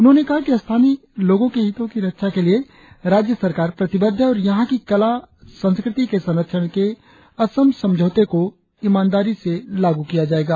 उन्होंने कहा कि स्थानीय लोगों के हितों की रक्षा के लिए राज्य सरकार प्रतिबद्ध है और यहां की कला संस्कृति के संरक्षण के असम समझौते को ईमानदारी से लागू किया जायेगा